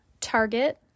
Target